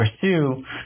pursue